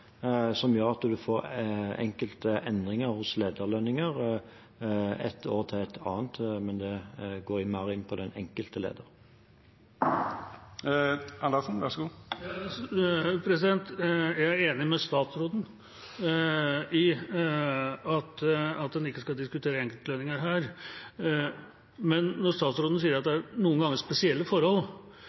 som gjør at en får enkelte endringer i lederlønninger fra ett år til et annet, men da er en mer inne på den enkelte leder. Jeg er enig med statsråden i at en ikke skal diskutere enkeltlønninger her, men statsråden sier at det noen ganger er spesielle forhold.